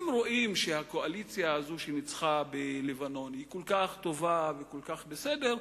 אם רואים שהקואליציה הזאת שניצחה בלבנון היא כל כך טובה וכל כך בסדר,